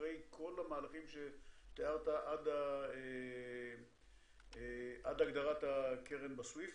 אחרי כל המהלכים שתיארת, עד הגדרת הקרן בסוויפט,